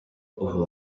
ubu